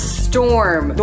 storm